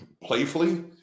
playfully